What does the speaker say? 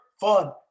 fun